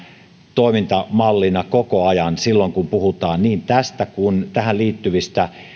toimintamallina koko ajan silloin kun puhutaan niin tästä kuin tähän liittyvistä